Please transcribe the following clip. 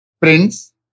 prince